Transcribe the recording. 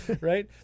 Right